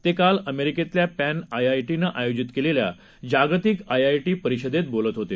ते काल अमेरिकेतल्या पॅन आयआयटीनं आयोजित केलेल्या जागतिक आयआयटी परिषदेत बोलत होते